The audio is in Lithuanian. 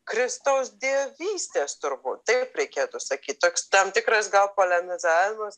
kristaus dievystės turbūt taip reikėtų sakyt toks tam tikras gal polemizavimas